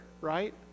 right